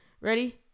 Ready